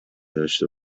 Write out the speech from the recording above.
داشته